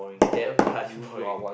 that plus point